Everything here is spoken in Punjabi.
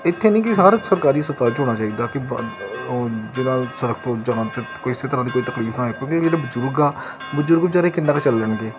ਇੱਥੇ ਨਹੀਂ ਕਿ ਹਰ ਇੱਕ ਸਰਕਾਰੀ ਹਸਪਤਾਲ 'ਚ ਹੋਣਾ ਚਾਹੀਦਾ ਕਿ ਬ ਉਹ ਜਿਹੜਾ ਸੜਕ ਤੋਂ ਜਾਣ ਤੱਕ ਕਿਸੇ ਤਰ੍ਹਾਂ ਦੀ ਕੋਈ ਤਕਲੀਫ ਨਾ ਹੋਏ ਕਿਉਂਕਿ ਜਿਹੜੇ ਬਜ਼ੁਰਗ ਆ ਬਜ਼ੁਰਗ ਬਿਚਾਰੇ ਕਿੰਨਾ ਕੁ ਚੱਲਣਗੇ